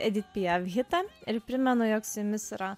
edit piaf hitą ir primenu jog su jumis yra